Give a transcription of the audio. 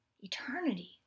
Eternity